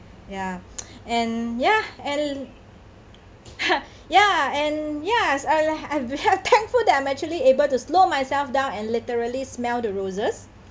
ya and ya and ya and ya I I'm thankful that I'm actually able to slow myself down and literally smell the roses